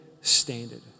standard